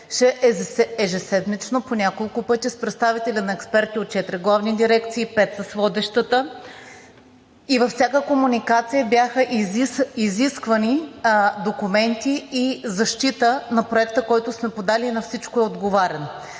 ежеседмично по няколко пъти с представители на експерти от четири главни дирекции, пет – с водещата, и във всяка комуникация бяха изисквани документи и защита на Проекта, който сме подали, и на всичко е отговаряно.